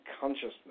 consciousness